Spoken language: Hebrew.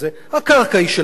מחיר הבנייה ידוע,